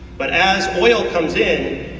but as oil comes in,